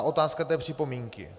Otázka té připomínky.